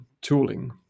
tooling